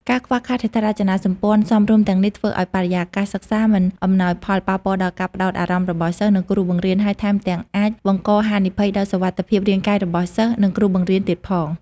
ការខ្វះខាតហេដ្ឋារចនាសម្ព័ន្ធសមរម្យទាំងនេះ ធ្វើឱ្យបរិយាកាសសិក្សាមិនអំណោយផល ប៉ះពាល់ដល់ការផ្តោតអារម្មណ៍របស់សិស្ស និងគ្រូបង្រៀន ហើយថែមទាំងអាចបង្កហានិភ័យដល់សុវត្ថិភាពរាងកាយរបស់សិស្ស និងគ្រូបង្រៀនទៀតផង។